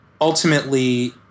ultimately